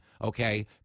Okay